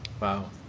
Wow